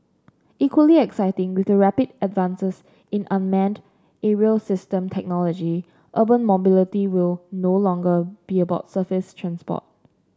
equally exciting with the rapid advances in unmanned aerial system technology urban mobility will no longer be about surface transport